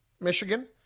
Michigan